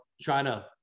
China